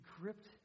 gripped